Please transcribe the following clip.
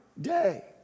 day